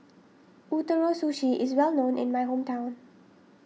Ootoro Sushi is well known in my hometown